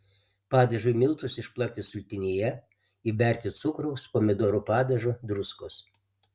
padažui miltus išplakti sultinyje įberti cukraus pomidorų padažo druskos